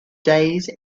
days